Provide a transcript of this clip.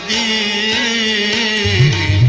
a